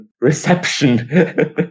reception